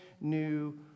new